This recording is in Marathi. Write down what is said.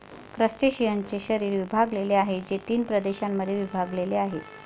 क्रस्टेशियन्सचे शरीर विभागलेले आहे, जे तीन प्रदेशांमध्ये विभागलेले आहे